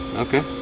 okay